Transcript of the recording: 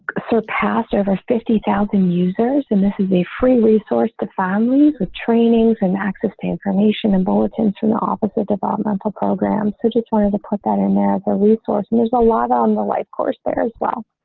surpassed over fifty thousand users. and this is a free resource to families with trainings and access to information and bulletin to the opposite developmental program. so just wanted to put that in as a resource. and there's a lot on the life course there as well.